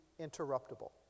interruptible